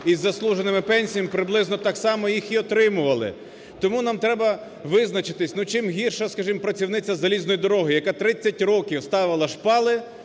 із заслуженими пенсіями приблизно так само їх і отримували. Тому нам треба визначитись, чим гірше, скажімо, працівниця з залізної дороги, яка 30 років ставила шпали,